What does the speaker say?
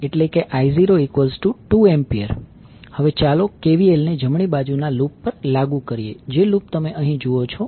5I0I02A હવે ચાલો KVL ને જમણી બાજુના લૂપ પર લાગુ કરીએ જે લૂપ તમે અહીં જુઓ છો